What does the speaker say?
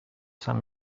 some